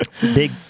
big